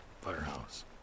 firehouse